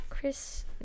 Chris